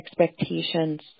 expectations